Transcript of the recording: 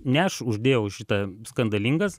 ne aš uždėjau šitą skandalingas